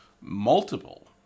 multiple